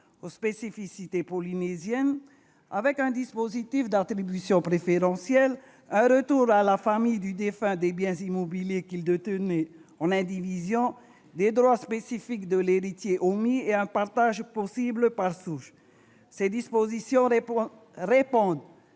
aux spécificités polynésiennes, avec un dispositif d'attribution préférentielle, un retour à la famille du défunt des biens immobiliers qu'il détenait en indivision, des droits spécifiques pour l'héritier omis et un partage possible par souche. Ces dispositions répondent